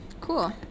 Cool